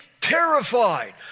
terrified